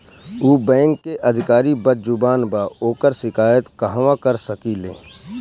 उ बैंक के अधिकारी बद्जुबान बा ओकर शिकायत कहवाँ कर सकी ले